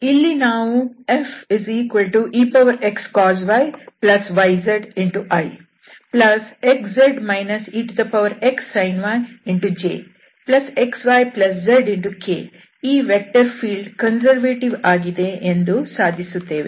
ಇಲ್ಲಿ ನಾವು Fexcos yyz ijxyzk ಈ ವೆಕ್ಟರ್ ಫೀಲ್ಡ್ ಕನ್ಸರ್ವೇಟಿವ್ ಆಗಿದೆ ಎಂದು ಸಾಧಿಸುತ್ತೇವೆ